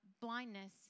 blindness